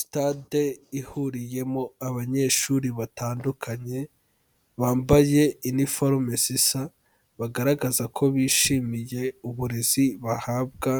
Stade ihuriyemo abanyeshuri batandukanye, bambaye iniforume zisa bagaragaza ko bishimiye uburezi bahabwa